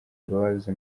imbabazi